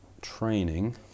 training